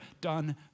done